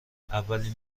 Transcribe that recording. اولین